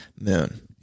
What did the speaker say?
Moon